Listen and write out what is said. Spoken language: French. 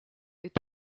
est